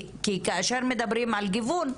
כי כאשר מדברים על גיוון,